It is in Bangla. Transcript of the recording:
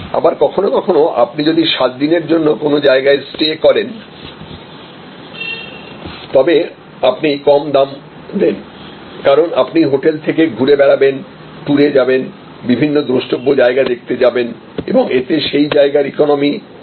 অথবা কখনও কখনও আপনি যদি 7 দিনের জন্য কোন জায়গায় স্টে করেন তবে আপনি কম দাম দেন কারণ আপনি হোটেলে থেকে ঘুরে বেড়াবেন টুর এ যাবেন বিভিন্ন দ্রষ্টব্য জায়গা দেখতে যাবেন এবং এতে সেই জায়গার ইকোনমি সমৃদ্ধ হবে